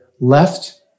left